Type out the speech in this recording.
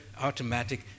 automatic